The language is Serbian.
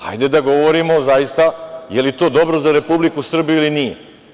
Hajde da govorimo da li je to dobro za Republiku Srbiju ili nije?